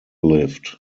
lived